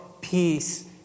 peace